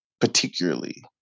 particularly